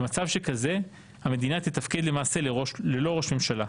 במצב שכזה המדינה תתפקד למעשה ללא ראש ממשלה.